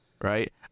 right